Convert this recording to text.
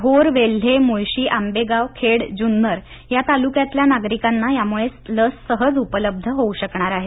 भोर वेल्हे मुळशी आंबेगाव खेड जुन्नर या तालुक्यातल्या नागरिकांना यामुळे लस सहज उपलब्ध होऊ शकणार आहे